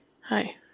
Hi